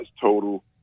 total